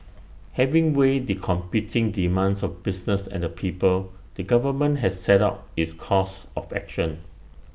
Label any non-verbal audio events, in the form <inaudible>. <noise> having weighed the competing demands of business and the people the government has set out its course of action